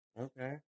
Okay